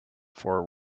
for